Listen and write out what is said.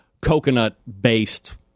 coconut-based